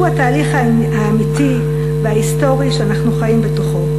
שהוא התהליך האמיתי וההיסטורי שאנחנו חיים בתוכו,